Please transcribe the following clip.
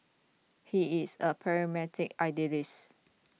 he is a pragmatic idealist